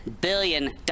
billion